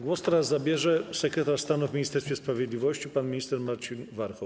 Głos teraz zabierze sekretarz stanu w Ministerstwie Sprawiedliwości pan minister Marcin Warchoł.